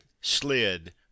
slid